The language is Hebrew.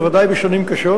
בוודאי בשנים קשות,